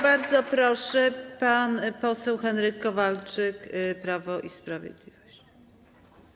Bardzo proszę, pan poseł Henryk Kowalczyk, Prawo i Sprawiedliwość.